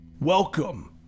Welcome